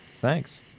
Thanks